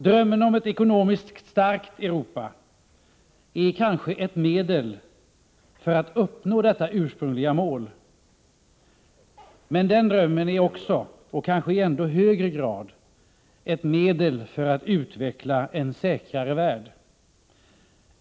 Drömmen om ett ekonomiskt starkt Europa är kanske ett medel för att uppnå detta ursprungliga mål. Men den drömmen är också, och i kanske ännu högre grad, ett medel för att utveckla en säkrare värld.